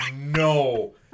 no